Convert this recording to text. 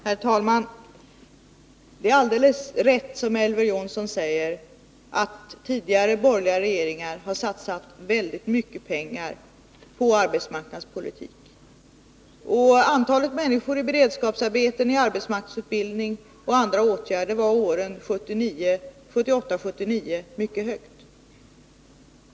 Herr talman! Det är alldeles rätt som Elver Jonsson säger att tidigare borgerliga regeringar har satsat mycket pengar på arbetsmarknadspolitiken. Antalet människor i beredskapsarbete, arbetsmarknadsutbildning och annat var åren 1978-1979 mycket högt.